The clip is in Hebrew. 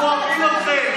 אנחנו דואגים לליכוד.